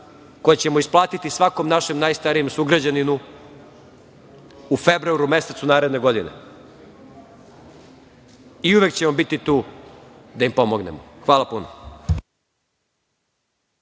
koje ćemo isplatiti svakom našem najstarijem sugrađaninu u februaru mesecu naredne godine i uvek ćemo biti tu da im pomognemo. Hvala puno.